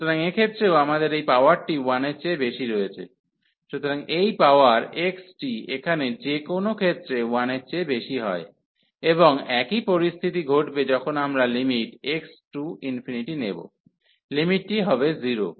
সুতরাং এক্ষেত্রেও আমাদের এই পাওয়ারটি 1 এর চেয়ে বেশি রয়েছে সুতরাং এই পাওয়ার x টি এখানে যে কোনও ক্ষেত্রে 1 এর চেয়ে বেশি হয় এবং একই পরিস্থিতি ঘটবে যখন আমরা x→∞ নেব লিমিটটি হবে 0